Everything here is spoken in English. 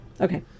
Okay